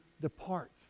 depart